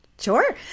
Sure